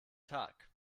tag